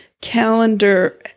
calendar